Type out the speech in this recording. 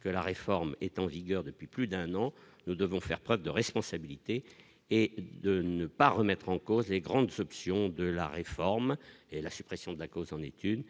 que la réforme est en vigueur depuis plus d'un an, nous devons faire preuve de responsabilité et de ne pas remettre en cause les grandes solutions de la réforme et la suppression de la cause en est une,